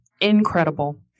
incredible